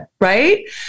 right